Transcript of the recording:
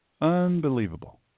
Unbelievable